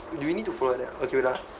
do we need to follow that okay wait ah